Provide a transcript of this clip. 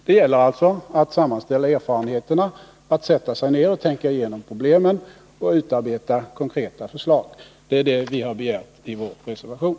Det gäller alltså att sammanställa erfarenheterna, att sätta sig ned och tänka igenom problemen och utarbeta konkreta förslag. Det är detta vi har begärt i vår reservation.